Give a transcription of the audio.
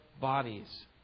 bodies